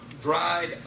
dried